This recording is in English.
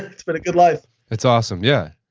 it's been a good life it's awesome. yeah,